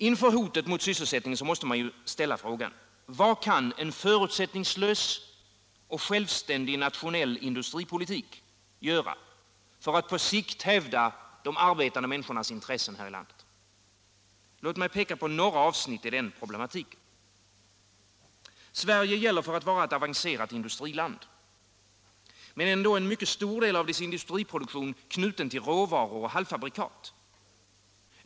Inför hotet mot sysselsättningen måste man ställa frågan: Vad kan en förutsättningslös och självständig nationell industripolitik göra för att på sikt hävda de arbetande människornas intressen här i landet? Låt mig peka på några avsnitt i problematiken. Sverige gäller för att vara ett avancerat industriland. Men ändå är en mycket stor del av dess industriproduktion knuten till råvaror och halvfabrikat.